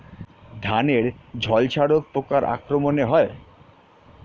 ধানের ঝলসা রোগ পোকার আক্রমণে হয়?